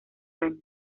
años